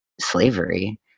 slavery